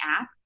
app